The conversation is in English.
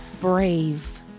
brave